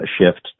shift